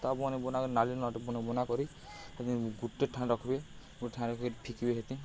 ତା ବନେଇ ବୁନା କରି ନାଲି ନୁଲାଟେ ବନେଇ ବନା କରି ଗୁଟେ ଠାନେ ରଖିବେ ଗୁଟେଠାନେ ରଖିକି ଫିକ୍ବେ ସେଥିି